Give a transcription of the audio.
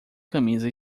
camisa